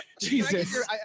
Jesus